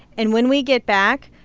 and when we get back,